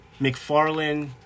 McFarlane